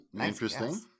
Interesting